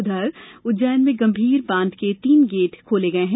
उधर उज्जैन में गंभीर बांध के तीन गेटों को खोला गया है